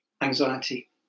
anxiety